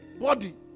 body